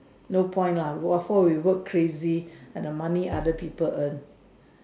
no point lah why for we were crazy at money at people an